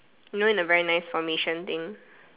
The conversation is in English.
you know in a very nice formation thing